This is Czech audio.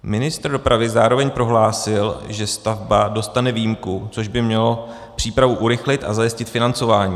Ministr dopravy zároveň prohlásil, že stavba dostane výjimku, což by mělo přípravu urychlit a zajistit financování.